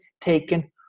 taken